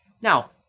Now